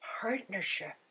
partnership